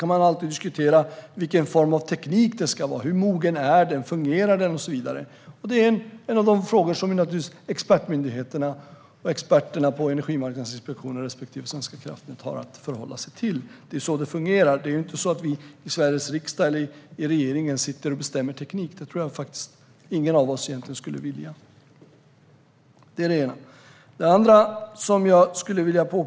Man kan alltid diskutera vilken teknik som ska användas och hur mogen den är, om den fungerar och så vidare. Detta är en av de frågor som expertmyndigheterna och experterna på Energimarknadsinspektionen respektive Svenska kraftnät har att förhålla sig till. Det är så det fungerar. Det är ju inte vi i Sveriges riksdag eller i regeringen som bestämmer vilken teknik som ska användas. Det skulle nog ingen av oss vilja.